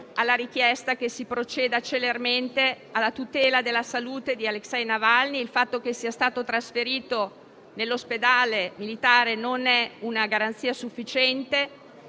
alla richiesta che si proceda celermente alla tutela della salute di Alexei Navalny. Il fatto che sia stato trasferito nell'ospedale militare non è una garanzia sufficiente.